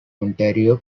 ontario